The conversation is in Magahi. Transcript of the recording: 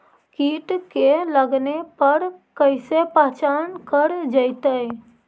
कीट के लगने पर कैसे पहचान कर जयतय?